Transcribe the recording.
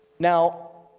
now,